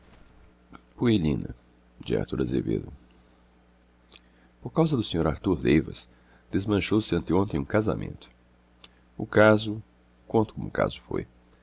ueria por causa do sr artur leivas desmanchou-se anteontem um casamento o caso conto como o caso foi